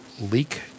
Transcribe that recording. leak